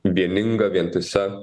vieninga vientisa